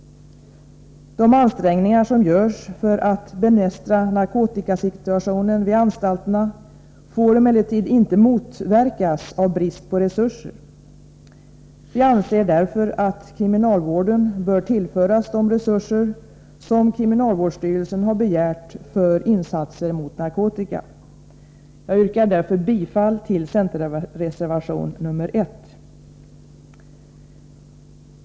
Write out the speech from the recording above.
De ansträngningar som görs för att bemästra narkotikasituationen vid anstalterna får emellertid inte motverkas av brist på resurser. Vi anser därför att kriminalvården bör tillföras de resurser som kriminalvårdsstyrelsen har begärt för insatser mot narkotika. Jag yrkar därför bifall till centerreservation nr 1.